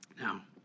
Now